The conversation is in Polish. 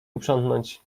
uprzątnąć